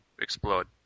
explode